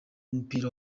w’umupira